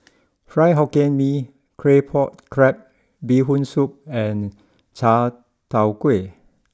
Fried Hokkien Mee Claypot Crab Bee Hoon Soup and Chai tow Kway